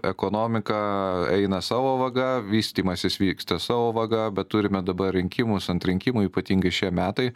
ekonomika eina savo vaga vystymasis vyksta savo vaga bet turime dabar rinkimus ant rinkimų ypatingai šie metai